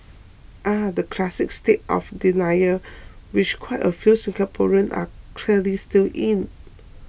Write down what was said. ah the classic state of denial which quite a few Singaporeans are clearly still in